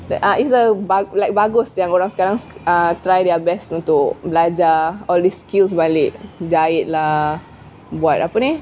the uh it's a ba~ like bagus yang orang sekarang uh try their best untuk belajar all these skills balik buat apa ni